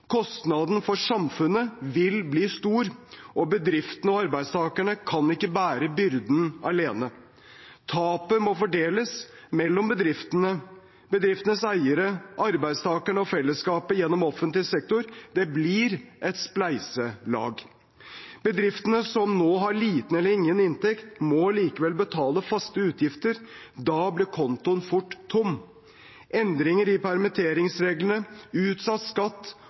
Kostnaden for samfunnet vil bli stor, og bedriftene og arbeidstakerne kan ikke bære byrden alene. Tapet må fordeles mellom bedriftene, bedriftenes eiere, arbeidstakerne og fellesskapet gjennom offentlig sektor. Det blir et spleiselag. Bedriftene som nå har liten eller ingen inntekt, må likevel betale faste utgifter. Da blir kontoen fort tom. Endringer i permitteringsreglene, utsatt skatt